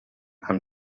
amb